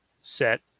set